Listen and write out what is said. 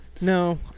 no